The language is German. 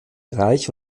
reich